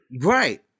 Right